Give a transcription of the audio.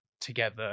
together